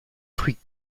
fruits